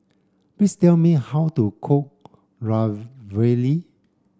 please tell me how to cook Ravioli